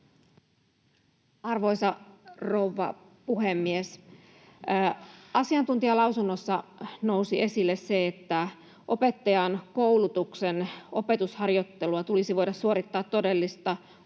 Arvoisa rouva puhemies! Asiantuntijalausunnoissa nousi esille se, että opettajankoulutuksen opetusharjoittelua tulisi voida suorittaa todellista